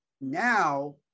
Now